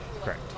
Correct